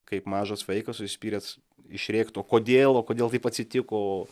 kaip mažas vaikas užsispyręs išrėkt o kodėl o kodėl taip atsitiko